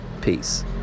Peace